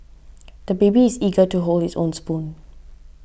the baby is eager to hold his own spoon